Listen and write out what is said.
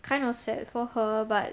kind of sad for her but